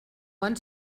van